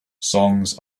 songs